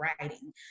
writing